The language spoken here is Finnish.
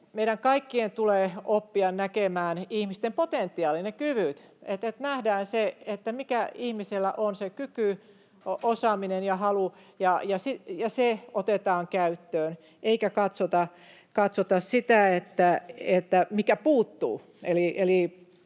meidän kaikkien tulee oppia näkemään ihmisten potentiaali, ne kyvyt, niin että nähdään se, mikä ihmisellä on se kyky, osaaminen ja halu, ja se otetaan käyttöön eikä katsota sitä, mikä puuttuu.